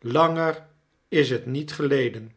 langer is let niet geleden